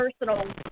personal